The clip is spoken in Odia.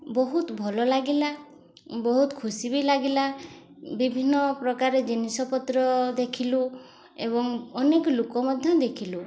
ବହୁତ ଭଲ ଲାଗିଲା ବହୁତ ଖୁସି ବି ଲାଗିଲା ବିଭିନ୍ନ ପ୍ରକାର ଜିନିଷପତ୍ର ଦେଖିଲୁ ଏବଂ ଅନେକ ଲୋକ ମଧ୍ୟ ଦେଖିଲୁ